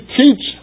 teach